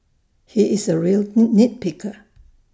he is A real knee nit picker